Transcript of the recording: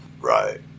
Right